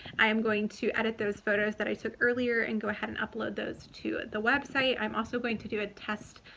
i am going to edit those photos that i took earlier and go ahead and upload those to the website. i'm also going to do a test,